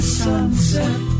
sunset